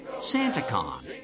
Santa-Con